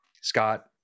Scott